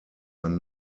ein